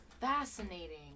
fascinating